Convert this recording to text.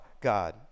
God